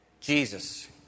Jesus